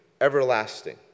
everlasting